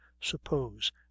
suppose